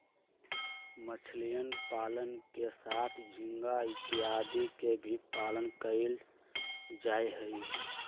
मछलीयन पालन के साथ झींगा इत्यादि के भी पालन कइल जाहई